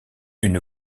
une